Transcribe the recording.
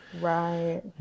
right